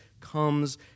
comes